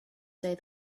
say